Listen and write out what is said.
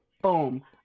Boom